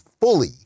fully